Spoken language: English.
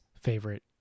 favorite